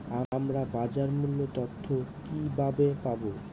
আমরা বাজার মূল্য তথ্য কিবাবে পাবো?